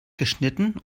geschnitten